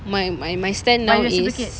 my my my stand now is